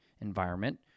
environment